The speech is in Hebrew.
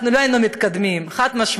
אנחנו לא היינו מתקדמים, חד-משמעית.